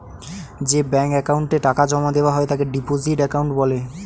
যে ব্যাঙ্ক অ্যাকাউন্টে টাকা জমা দেওয়া হয় তাকে ডিপোজিট অ্যাকাউন্ট বলে